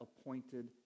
appointed